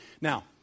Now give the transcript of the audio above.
Now